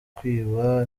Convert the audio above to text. kwiba